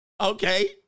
okay